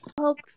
hope